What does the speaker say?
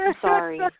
sorry